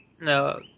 No